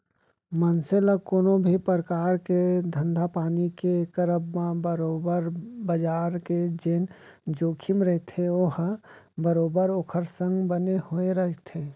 मनसे ल कोनो भी परकार के धंधापानी के करब म बरोबर बजार के जेन जोखिम रहिथे ओहा बरोबर ओखर संग बने होय रहिथे